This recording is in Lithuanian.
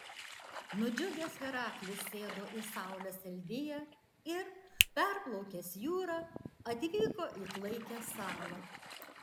nudžiugęs heraklis sėdo į saulės eldiją ir perplaukęs jūrą atvyko į klaikią salą